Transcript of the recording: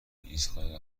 ایستگاه